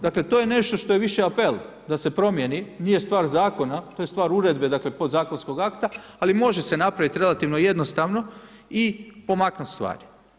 Dakle, to je nešto što je više apel da se promijeni, nije stvar zakona, to je stvar uredbe, dakle podzakonskog akta, ali može se napraviti relativno jednostavno i pomaknut stvari.